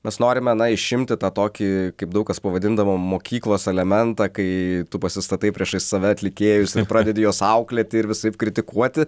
mes norime na išimti tą tokį kaip daug kas pavadindavo mokyklos elementą kai tu pasistatai priešais save atlikėjus ir pradedi juos auklėti ir visaip kritikuoti